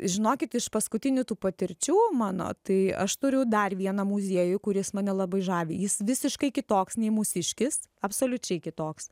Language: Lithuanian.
žinokit iš paskutinių tų patirčių mano tai aš turiu dar vieną muziejų kuris mane labai žavi jis visiškai kitoks nei mūsiškis absoliučiai kitoks